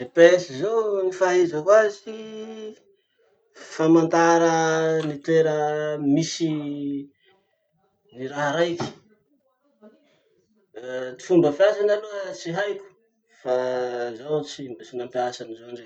GPS zao ny fahaizako azy, famantara ny toera misy ny raha raiky. Ty fomba fiasany aloha tsy haiko fa zaho tsy mbo tsy nampiasa anizao indraiky.